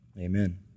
amen